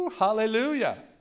Hallelujah